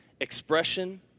Expression